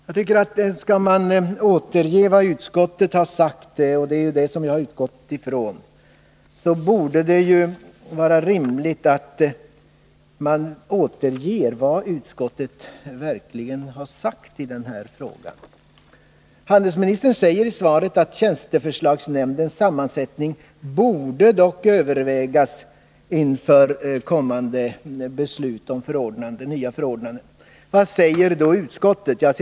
Jag tycker att om man skall återge vad utskottet har sagt — och det är det jag har utgått ifrån — så borde man rimligen återge vad utskottet verkligen har sagt i den här frågan. Handelsministern säger i svaret att tjänsteförslagsnämndens sammansättning ”borde dock ——-—- ytterligare övervägas inför kommande beslut om nya förordnanden för ledamöter i nämnden”. Vad har då utskottet sagt?